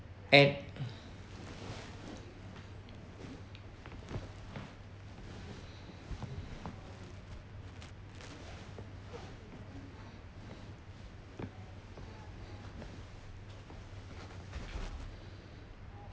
and